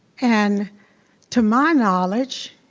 and to my knowledge,